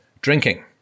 drinking